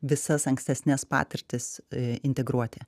visas ankstesnes patirtis integruoti